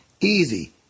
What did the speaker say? Easy